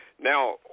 Now